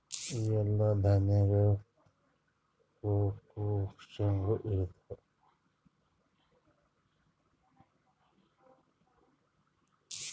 ಎಲ್ಲಾ ದಾಣ್ಯಾಗ ಪೋಷಕಾಂಶಗಳು ಇರತ್ತಾವ?